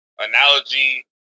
analogy